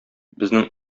безнең